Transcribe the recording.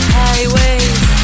highways